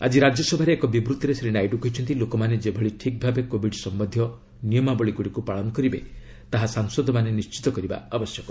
ଆକି ରାଜ୍ୟସଭାରେ ଏକ ବିବୃତିରେ ଶ୍ରୀ ନାଇଡ଼ୁ କହିଛନ୍ତି ଲୋକମାନେ ଯେଭଳି ଠିକ୍ ଭାବେ କୋବିଡ ସମ୍ଭନ୍ଧୀୟ ନିୟମାବଳୀଗୁଡ଼ିକୁ ପାଳନ କରିବେ ତାହା ସାଂସଦମାନେ ନିର୍ଣ୍ଣିତ କରିବା ଆବଶ୍ୟକ